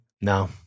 no